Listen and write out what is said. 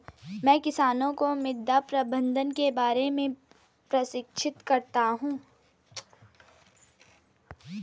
मैं किसानों को मृदा प्रबंधन के बारे में प्रशिक्षित करता हूँ